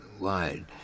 wide